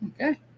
Okay